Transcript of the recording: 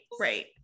right